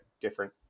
different